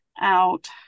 out